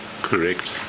Correct